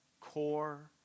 core